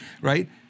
Right